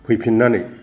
फैफिननानै